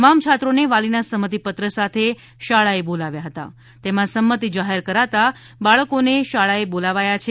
તમામ છાત્રોને વાલીના સંમતિપત્ર સાથે શાળાએ બોલાવાયા હતા અને તેમાં સંમતિ જાહેર કરતાં બાળકોને શાળાએ બોલાવાયા છે